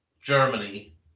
Germany